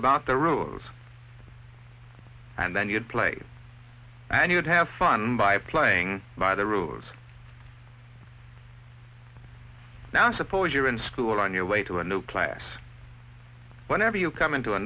about the rules and then you'd play and you'd have fun by playing by the rules now suppose you're in school on your way to a new class whenever you come into a